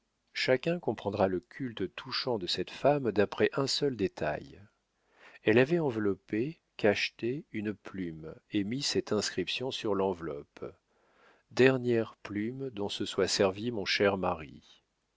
chacun comprendra le culte touchant de cette femme d'après un seul détail elle avait enveloppé cacheté une plume et mis cette inscription sur l'enveloppe dernière plume dont se soit servi mon cher mari